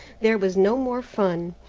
there was no more fun.